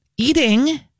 eating